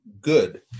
good